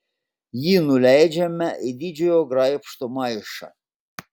jį nuleidžiame į didžiojo graibšto maišą